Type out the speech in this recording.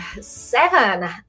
seven